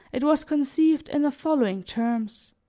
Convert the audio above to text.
it was conceived in the following terms